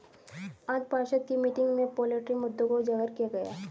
आज पार्षद की मीटिंग में पोल्ट्री मुद्दों को उजागर किया गया